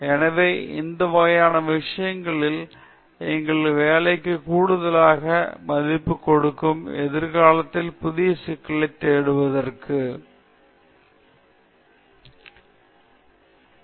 எனவே இந்த வகையான விஷயங்கள் எங்கள் வேலைக்கு கூடுதலாக மதிப்பு கொடுக்கும் எதிர்காலத்தில் புதிய சிக்கலைத் தேடுவதற்கும் அவற்றோடு தொடர்புகொள்வதற்கும் வழிவகுக்கும் மேலும் தொழில் வளர்ச்சிக்காகவும் மிகவும் நல்லது